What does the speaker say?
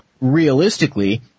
realistically